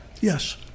yes